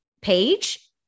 page